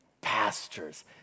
pastures